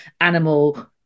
animal